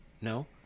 No